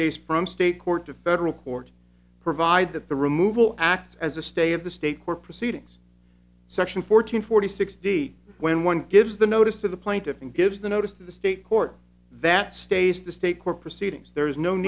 case from state court to federal court provide that the removal acts as a stay of the state court proceedings section fourteen forty six d when one gives the notice to the plaintiff and gives the notice to the state court that states the state court proceedings there is no